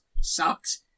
sucks